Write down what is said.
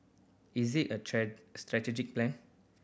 is it a strategic plan